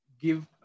give